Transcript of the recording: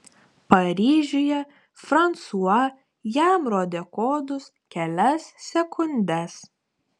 paryžiuje fransua jam rodė kodus kelias sekundes